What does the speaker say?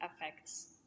affects